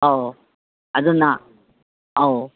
ꯑꯧ ꯑꯗꯨꯅ ꯑꯧ